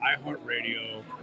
iHeartRadio